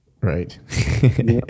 Right